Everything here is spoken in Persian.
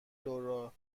لورا